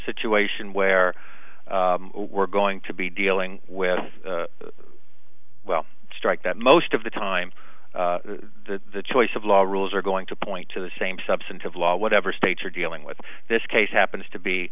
situation where we're going to be dealing with well strike that most of the time the choice of law rules are going to point to the same substantive law whatever states are dealing with this case happens to be